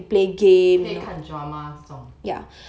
可以看 drama 这种